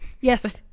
Yes